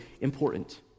important